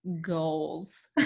goals